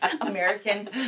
American